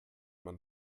man